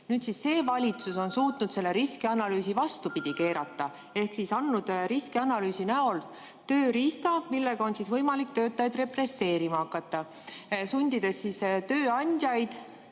Nüüd see valitsus on suutnud selle riskianalüüsi vastupidi keerata ehk andnud riskianalüüsi näol tööriistad, millega on võimalik töötajaid represseerima hakata, sundides tööandjaid